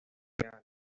reales